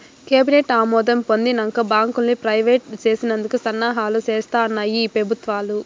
cabinet ఆమోదం పొందినంక బాంకుల్ని ప్రైవేట్ చేసేందుకు సన్నాహాలు సేస్తాన్నాయి ఈ పెబుత్వాలు